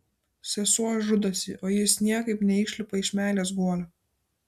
sesuo žudosi o jis niekaip neišlipa iš meilės guolio